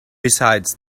besides